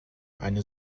eine